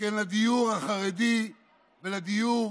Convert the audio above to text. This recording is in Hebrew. שכן לדיור החרדי ולדיור